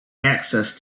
access